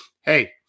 Hey